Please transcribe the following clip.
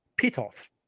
Pitoff